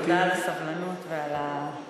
תודה על הסבלנות ועל ההתחשבות.